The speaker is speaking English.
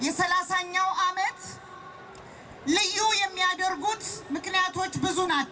you know not